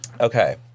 Okay